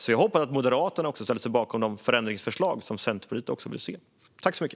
Jag hoppas att Moderaterna ställer sig bakom Centerpartiets förändringsförslag.